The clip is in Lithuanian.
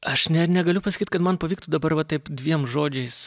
aš net negaliu pasakyt kad man pavyktų dabar va taip dviem žodžiais